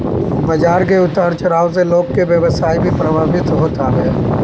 बाजार के उतार चढ़ाव से लोग के व्यवसाय भी प्रभावित होत हवे